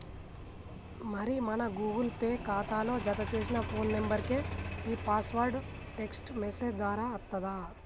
మరి మన Google Pay ఖాతాలో జతచేసిన ఫోన్ నెంబర్కే ఈ పాస్వర్డ్ టెక్స్ట్ మెసేజ్ దారా అత్తది